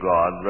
God